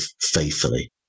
faithfully